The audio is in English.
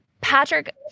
Patrick